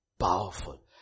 Powerful